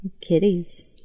kitties